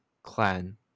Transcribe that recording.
Clan